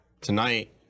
tonight